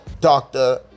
doctor